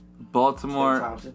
Baltimore